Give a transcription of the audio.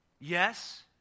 Yes